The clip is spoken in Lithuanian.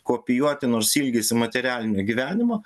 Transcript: kopijuoti nors ilgisi materialinio gyvenimo